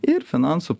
ir finansų